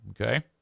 Okay